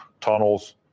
tunnels